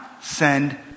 Send